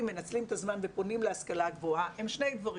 מנצלים את הזמן ופונים להשכלה גבוהה הם שני דברים,